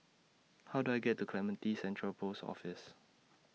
How Do I get to Clementi Central Post Office